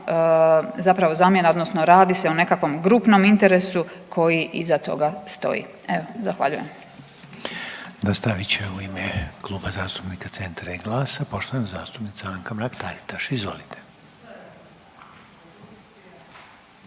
zapravo zamjena, odnosno radi se o nekakvom grupnom interesu koji iza toga stoji. Evo zahvaljujem. **Reiner, Željko (HDZ)** Nastavit će u ime Kluba zastupnika Centra i Glasa poštovana zastupnica Anka Mrak-Taritaš. Izvolite.